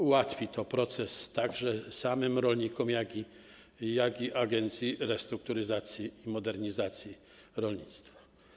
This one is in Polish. Ułatwi to proces samym rolnikom, jak i Agencji Restrukturyzacji i Modernizacji Rolnictwa.